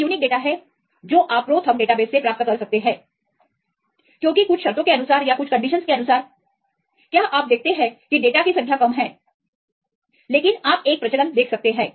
ये unique data हैं जो आप प्रोथर्मडेटाबेस से प्राप्त कर सकते हैं क्योंकि कुछ शर्तों के अनुसार क्या आप देखते हैं कि डेटा की संख्या कम है लेकिन आप एक प्रचलन देख सकते हैं